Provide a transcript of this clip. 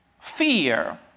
fear